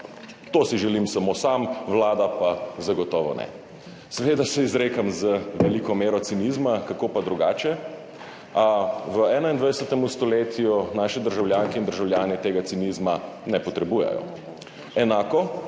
to si želim samo sam, Vlada pa zagotovo ne. Seveda se izrekam z veliko mero cinizma, kako pa drugače. V 21. stoletju naše državljanke in državljani tega cinizma ne potrebujejo, enako